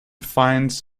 finds